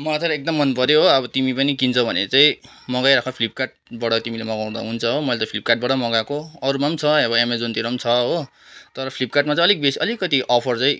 मलाई त एकदम मनपऱ्यो हो अब तिमी पनि किन्छौ भने चाहिँ मगाइराख फ्लिपकार्डबाट तिमीले मगाउँदा हु्न्छ हो मैले त फ्लिपकार्डबाट मगाएको अरूमा पनि छ अब एमाजनतिर पनि छ हो तर फ्लिपकार्डमा चाहिँ अलिक बेसी अलिकति अफर चाहिँ